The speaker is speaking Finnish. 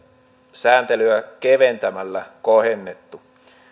sääntelyä keventämällä kohennettu